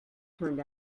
turned